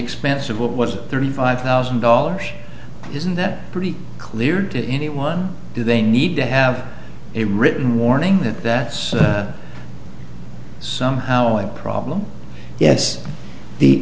expense of what was it thirty five thousand dollars isn't that pretty clear to anyone do they need to have a written warning that that is somehow a problem yes the